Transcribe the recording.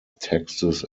texts